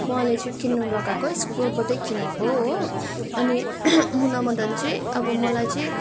उहाँले चाहिँ किन्नु लगाएको स्कुलबाटै किनेको हो अनि मुना मदन चाहिँ अब मलाई चाहिँ